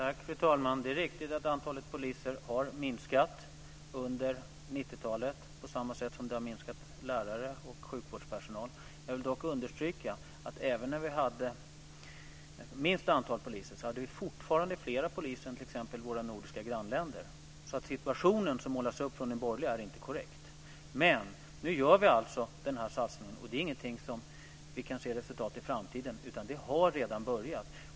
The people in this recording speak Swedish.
Fru talman! Det är riktigt att antalet poliser har minskat under 90-talet - på samma sätt som antalet lärare och sjukvårdspersonal har minskat. Jag vill dock understryka att vi även när vi hade minsta antalet poliser ändå hade fler poliser jämfört med t.ex. våra nordiska grannländer. Den situation som målas upp från de borgerliga är således inte korrekt. Nu gör vi alltså den här satsningen. Det är ingenting som vi ser resultatet av i framtiden, utan det här har redan börjat.